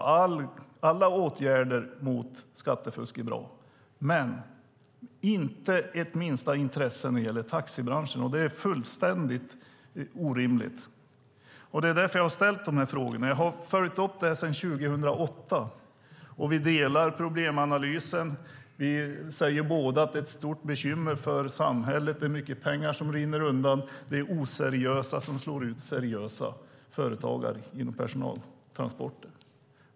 Alla åtgärder mot skattefusk är bra. Men det är inte minsta intresse när det gäller taxibranschen. Det är fullständigt orimligt. Det är därför jag har ställt de här frågorna. Jag har följt upp detta sedan 2008. Vi delar problemanalysen. Vi säger båda att det är ett stort bekymmer för samhället, att det är mycket pengar som rinner undan och att det är oseriösa företagare som slår ut seriösa inom personaltransporter.